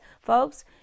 Folks